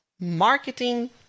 Marketing